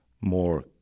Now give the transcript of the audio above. more